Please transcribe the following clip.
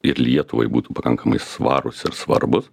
ir lietuvai būtų pakankamai svarūs ir svarbūs